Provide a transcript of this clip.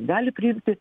gali priimti